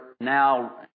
now